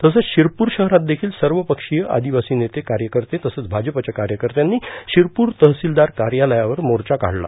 तसंच शिरपूर शहरात देखील सर्वपक्षीय आदिवासी नेते कार्यकर्ते तसंच भाजपच्या कार्यकर्त्यांनी शिरपूर तहसिलदार कार्यालयावर मोर्चा काढला